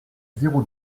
zéro